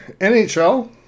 NHL